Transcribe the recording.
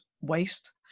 waste